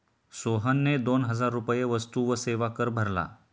सोहनने दोन हजार रुपये वस्तू व सेवा कर भरला